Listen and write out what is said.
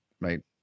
Right